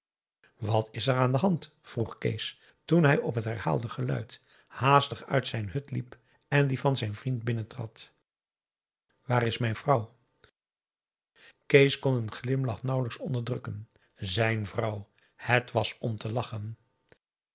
wat is er aan de hand vroeg kees toen hij op het herhaald geluid haastig uit zijn hut liep en die van zijn vriend binnentrad waar is mijn vrouw kees kon een glimlach nauwelijks onderdrukken zijn vrouw het was om te lachen